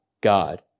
God